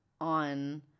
on